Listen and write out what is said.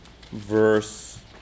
verse